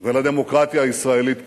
ולדמוקרטיה הישראלית כולה.